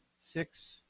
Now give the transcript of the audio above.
six